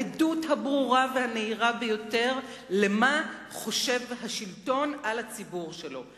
העדות הברורה והנהירה ביותר לְמה שחושב השלטון על הציבור שלו,